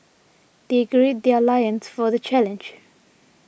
they gird their loins for the challenge